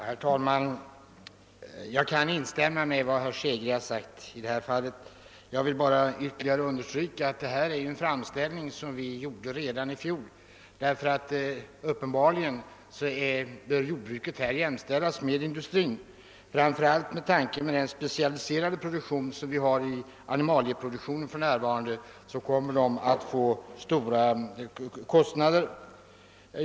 Herr talman! Jag kan instämma i vad herr Hansson i Skegrie har sagt i denna fråga. Jag vill bara ytterligare understryka att det här gäller en framställning som vi gjorde redan i fjol. Uppenbarligen bör jordbruket i detta avseende jämställas med industrin, framför allt med tanke på att det blir stora kostnader för den specialiserade produktion som för närvarande förekommer inom animalieproduktionen.